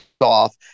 off